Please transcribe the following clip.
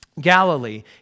Galilee